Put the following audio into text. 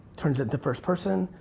turns it to first person,